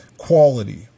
Quality